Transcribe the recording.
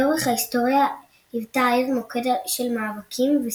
לאורך ההיסטוריה היוותה העיר מוקד של מאבקים וסכסוכים.